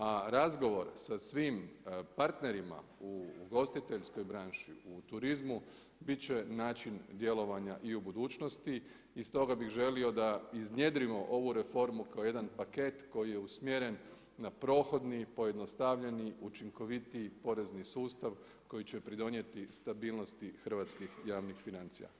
A razgovor sa svim partnerima u ugostiteljskoj branši u turizmu bit će način djelovanja i u budućnosti i stoga bih želio da iznjedrimo ovu reformu kao jedan paket koji je usmjeren na prohodni, pojednostavljeni, učinkovitiji porezni sustav koji će pridonijeti stabilnosti hrvatskih javnih financija.